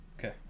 Okay